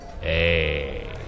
Hey